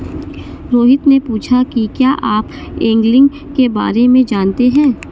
रोहित ने पूछा कि क्या आप एंगलिंग के बारे में जानते हैं?